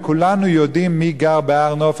וכולנו יודעים מי גר בהר-נוף,